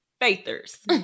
Faithers